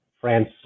france